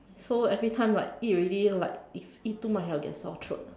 so every time like eat already like if eat too much I will get sore throat